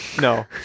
No